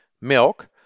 milk